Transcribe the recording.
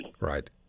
right